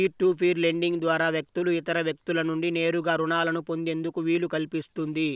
peer to peer lending ద్వారా వ్యక్తులు ఇతర వ్యక్తుల నుండి నేరుగా రుణాలను పొందేందుకు వీలు కల్పిస్తుంది